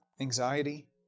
anxiety